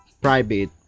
private